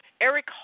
Eric